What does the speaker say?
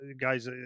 guys